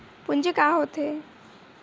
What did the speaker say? पूंजी का होथे?